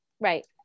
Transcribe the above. Right